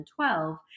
2012